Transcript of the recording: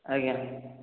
ଆଜ୍ଞା